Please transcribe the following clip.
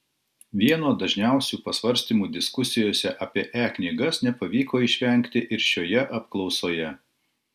vieno dažniausių pasvarstymų diskusijose apie e knygas nepavyko išvengti ir šioje apklausoje